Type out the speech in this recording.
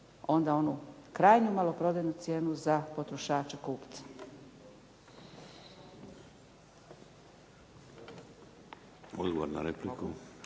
onda onu krajnju maloprodajnu cijenu za potrošače kupce.